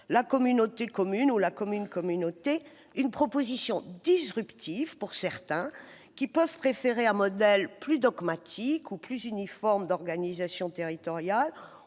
la communauté commune ou la « commune-communauté ». C'est une proposition disruptive pour certains, qui peuvent préférer un modèle plus dogmatique et uniforme d'organisation territoriale,